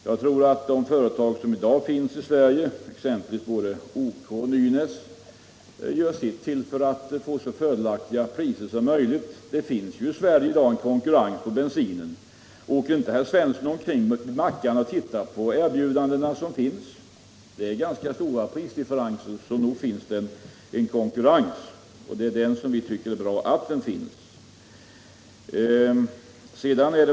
Jag tror att de företag som i dag finns i Sverige, exempelvis både OK och Nynäs, gör sitt till för att få så fördelaktiga priser som möjligt — det är ju konkurrens i Sverige i dag på bensinmarknaden. Åker inte herr Svensson omkring till mackarna och tittar på de erbjudanden som finns? Det är ganska stora prisdifferenser, så nog är det konkurrens — och det är den vi tycker bör finnas.